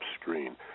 screen